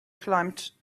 climbed